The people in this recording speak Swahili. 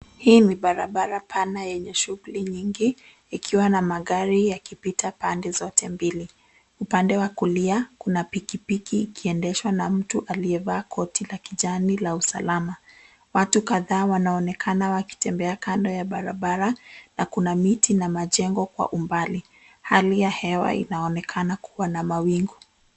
Hii ni barabara pana yenye shughuli nyingi ikiwa na magari yakipita pande zote mbili. Upande wa kulia kuna pikipiki ikiendeshwa na mtu amevaa koti la kijani la usalama. Watu kadhaa wanaonekana wakitembea kando ya barabara na kuna miti na majengo kwa umbali. Hali ya hewa inaonekana kuwa na mawingu.